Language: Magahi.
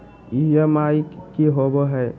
ई.एम.आई की होवे है?